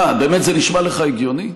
אה, באמת זה נשמע לך הגיוני?